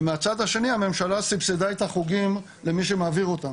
ומהצד השני הממשלה סבסדה את החוגים למי שמעביר אותם.